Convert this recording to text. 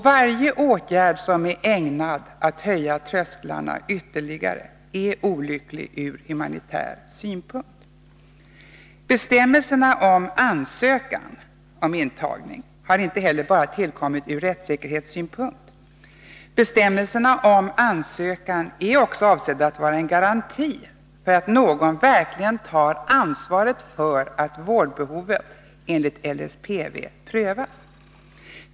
Varje åtgärd som är ägnad att höja trösklarna ytterligare är olycklig ur humanitär synpunkt. Bestämmelserna om ansökan om intagning har inte heller tillkommit bara 4 Riksdagens protokoll 1981/82:167-168 ur rättssäkerhetssynpunkt. Bestämmelserna om ansökan är också avsedda att vara en garanti för att någon verkligen tar ansvaret för att vårdbehovet enligt LSPV prövas.